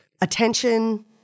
attention